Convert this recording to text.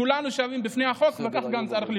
כולנו שווים בפני החוק, וכך גם צריך להיות.